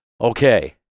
okay